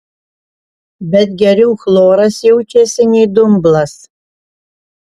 bet geriau chloras jaučiasi nei dumblas